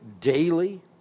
daily